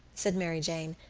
said mary jane,